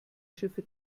schiffe